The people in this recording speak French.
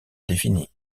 définies